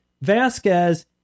Vasquez